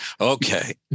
Okay